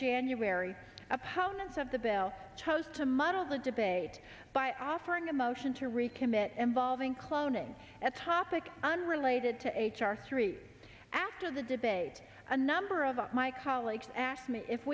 january opponents of the bell chose to muddle the debate by offering a motion to recommit involving cloning at topic unrelated to h r three after the debate a number of my colleagues asked me if